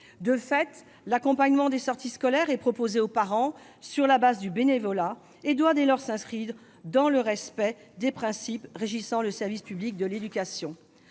De fait, l'accompagnement des sorties scolaires est proposé aux parents, sur la base du bénévolat ; il doit, dès lors, s'inscrire dans le respect des principes régissant le service public de l'éducation.